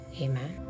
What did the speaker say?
Amen